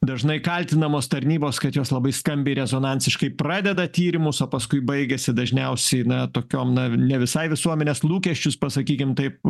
dažnai kaltinamos tarnybos kad jos labai skambiai rezonansiškai pradeda tyrimus o paskui baigiasi dažniausiai na tokiom na ne visai visuomenės lūkesčius pasakykim taip